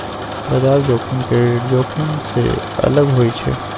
बजार जोखिम क्रेडिट जोखिम से अलग होइ छइ